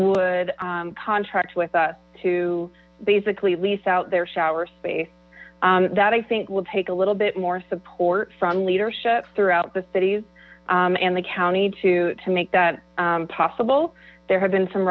would contract with us to basically lease out their shower space that i think we'll take a little bit more support from leadership throughout the cities and the county to make that possible there have been some